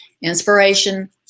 Inspiration